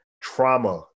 trauma